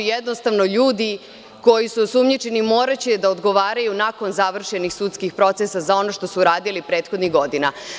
Jednostavno, ljudi koji su osumnjičeni moraće da odgovaraju nakon završenih sudskih procesa za ono što su radili prethodnih godina.